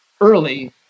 early